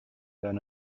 than